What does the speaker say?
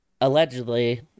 allegedly